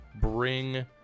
bring